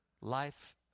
life